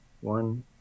one